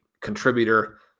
contributor